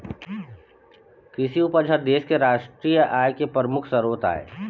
कृषि उपज ह देश के रास्टीय आय के परमुख सरोत आय